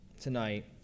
tonight